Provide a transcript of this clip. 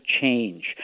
change